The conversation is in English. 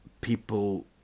people